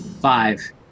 Five